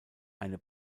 eine